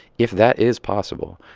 if that is possible,